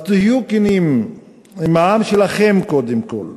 אז תהיו כנים עם העם שלכם, קודם כול,